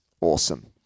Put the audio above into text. Awesome